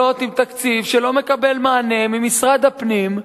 עם תקציב שלא מקבל מענה ממשרד הפנים,